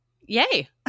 yay